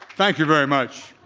thank you very much.